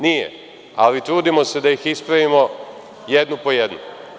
Nije, ali trudimo se da ih ispravimo jednu po jednu.